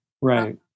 Right